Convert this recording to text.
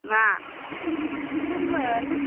मा सोरमोन